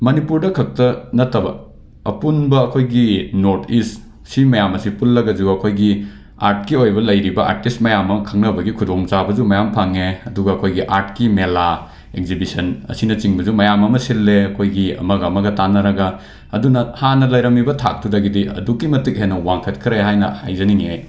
ꯃꯅꯤꯄꯨꯔꯗ ꯈꯛꯇ ꯅꯠꯇꯕ ꯑꯄꯨꯟꯕ ꯑꯩꯈꯣꯏꯒꯤ ꯅꯣꯔꯠ ꯏꯁ ꯁꯤ ꯃꯌꯥꯝ ꯑꯁꯤ ꯄꯨꯜꯂꯒꯁꯨ ꯑꯩꯈꯣꯏꯒꯤ ꯑꯥꯔꯠꯀꯤ ꯑꯣꯏꯕ ꯂꯩꯔꯤꯕ ꯑꯥꯔꯇꯤꯁ ꯃꯌꯥꯝ ꯑꯃ ꯈꯪꯅꯕꯒꯤ ꯈꯨꯗꯣꯡꯆꯕꯁꯨ ꯃꯌꯥꯝ ꯑꯃ ꯐꯪꯏ ꯑꯗꯨꯒ ꯑꯩꯈꯣꯏꯒꯤ ꯑꯥꯔꯠꯀꯤ ꯃꯦꯂꯥ ꯑꯦꯖꯤꯕꯤꯁꯟ ꯑꯁꯤꯅꯆꯤꯡꯕꯁꯨ ꯃꯌꯥꯝ ꯑꯃ ꯁꯤꯜꯂꯦ ꯑꯩꯈꯣꯏꯒꯤ ꯑꯃꯒ ꯑꯃꯒ ꯇꯥꯅꯔꯒ ꯑꯗꯨꯅ ꯍꯥꯟꯅ ꯂꯩꯔꯝꯃꯤꯕ ꯊꯥꯛ ꯑꯗꯨꯗꯒꯤꯗꯤ ꯑꯗꯨꯛꯀꯤ ꯃꯇꯤꯛ ꯍꯦꯟꯅ ꯋꯥꯡꯈꯠꯈ꯭ꯔꯦ ꯍꯥꯏꯅ ꯍꯥꯏꯖꯅꯤꯡꯏ ꯑꯩ